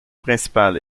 principale